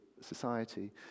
society